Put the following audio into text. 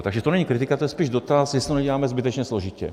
Takže to není kritika, to je spíš dotaz, jestli to neděláme zbytečně složitě.